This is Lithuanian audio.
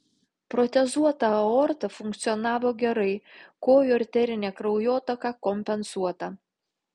protezuota aorta funkcionavo gerai kojų arterinė kraujotaka kompensuota